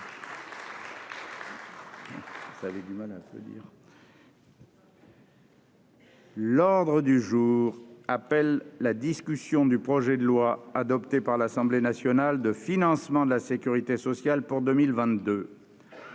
L'ordre du jour appelle la discussion du projet de loi, adopté par l'Assemblée nationale, de financement de la sécurité sociale pour 2022